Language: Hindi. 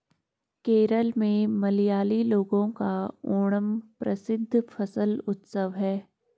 केरल में मलयाली लोगों का ओणम प्रसिद्ध फसल उत्सव है